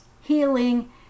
healing